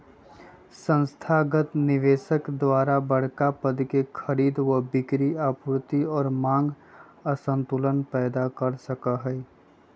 संस्थागत निवेशक द्वारा बडड़ा पद के खरीद और बिक्री आपूर्ति और मांग असंतुलन पैदा कर सका हई